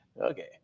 Okay